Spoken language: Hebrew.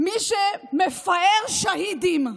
מי שמפאר שהידים,